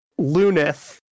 Lunith